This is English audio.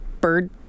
bird